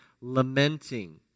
lamenting